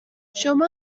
شما